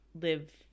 live